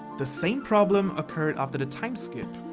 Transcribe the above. the same problem occurred after the time skip,